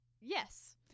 Yes